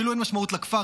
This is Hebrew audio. כאילו אין משמעות לכפר,